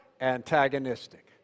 antagonistic